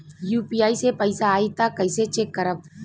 UPI से पैसा आई त कइसे चेक करब?